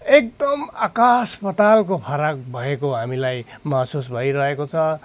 एकदम आकाश पातालको फरक भएको हामीलाई महसुस भइरहेको छ र